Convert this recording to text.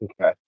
Okay